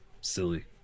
silly